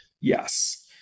Yes